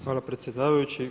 Hvala predsjedavajući.